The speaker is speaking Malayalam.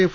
എഫ്